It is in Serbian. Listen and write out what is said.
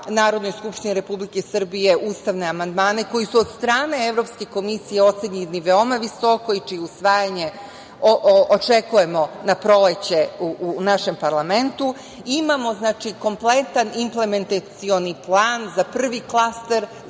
Narodnoj skupštini Republike Srbije ustavne amandmane koji su od strane Evropske komisije ocenjeni veoma visoko i čije usvajanje očekujemo na proleće u našem parlamentu. Imamo, znači, kompletan implementacioni plan za prvi klaster,